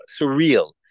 surreal